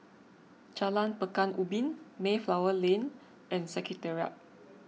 Jalan Pekan Ubin Mayflower Lane and Secretariat